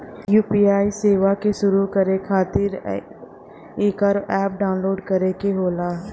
UPI सेवा क शुरू करे खातिर एकर अप्प डाउनलोड करे क होला